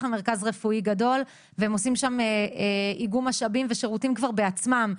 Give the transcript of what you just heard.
מרכז רפואי גדול והם עושים שם איגום משאבים ושירותים כרב בעצמם,